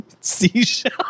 seashell